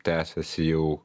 tęsiasi jau